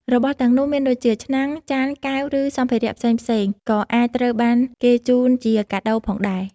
របស់ទាំងនោះមានដូចជា ឆ្នាំង ចាន កែវ ឬសម្ភារៈផ្សេង ក៏អាចត្រូវបានគេជូនជាកាដូផងដែរ ។